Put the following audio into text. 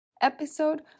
episode